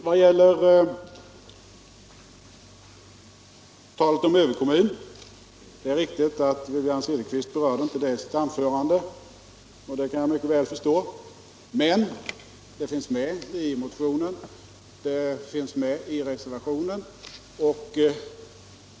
Beträffande talet om överkommun är det riktigt att Wivi-Anne Cederqvist inte berörde detta i sitt anförande, och det kan jag mycket väl förstå, men ordet finns med i motionen och reservationen.